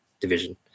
division